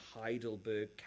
Heidelberg